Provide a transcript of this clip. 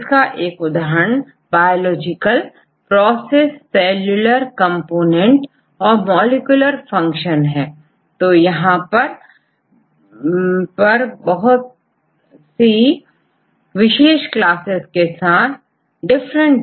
यहां जैविक जैविक क्रियाएं कोशिका के पदार्थ और मॉलिक्यूलर फंक्शन